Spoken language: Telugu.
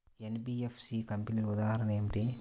ఎన్.బీ.ఎఫ్.సి కంపెనీల ఉదాహరణ ఏమిటి?